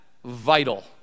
vital